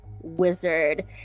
wizard